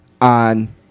on